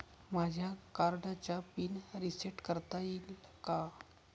माझ्या कार्डचा PIN reset करता येईल का?